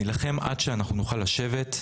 נילחם עד שאנחנו נוכל לשבת,